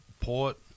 Port